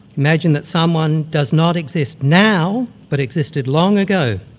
imagine that someone does not exist now, but existed long ago,